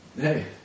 hey